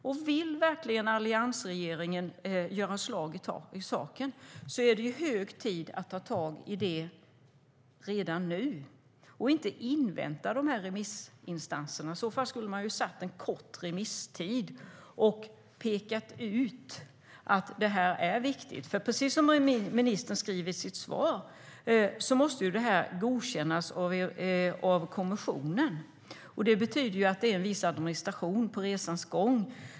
Om alliansregeringen verkligen vill göra slag i saken är det hög tid att ta tag i detta redan nu och inte invänta remissinstanserna. I så fall skulle man ha satt en kort remisstid och pekat ut att detta är viktigt. Precis som ministern skriver i sitt svar måste detta godkännas av kommissionen. Det betyder att det är en viss administration under resans gång.